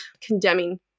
condemning